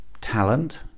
talent